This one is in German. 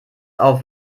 auf